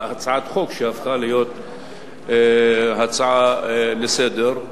הצעת חוק שהפכה להיות הצעה לסדר-היום.